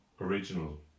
original